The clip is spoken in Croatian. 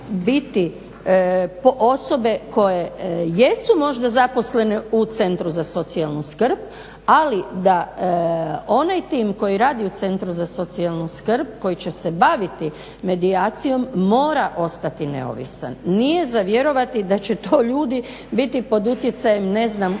biti osobe koje jesu možda zaposlene u centru za socijalnu skrb, ali da onaj tim koji radi u centru za socijalnu skrb, koji će se baviti medijacijom mora ostati neovisan. Nije za vjerovati da će to ljudi biti pod utjecajem ne znam koga